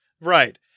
Right